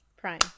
prime